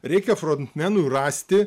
reikia frontmenui rasti